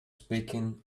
speaking